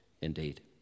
indeed